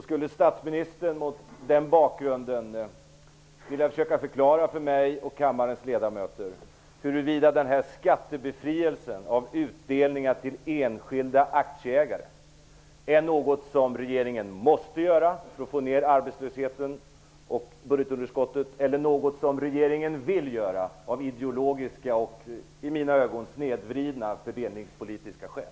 Skulle statsministern mot den bakgrunden vilja försöka förklara för mig och kammarens ledamöter huruvuda skattebefrielsen av utdelningen till enskilda aktieägare är något som regeringen måste göra för att få ned arbetslösheten och budgetunderskottet eller något som regeringen vill göra av ideologiska och i mina ögon snedvridna fördelningspolitiska skäl.